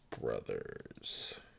brothers